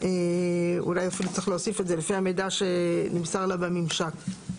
אולי צריך להוסיף 'לפי המידע שנמסר לה בממשק'.